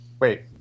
wait